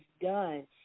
done